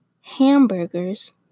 hamburgers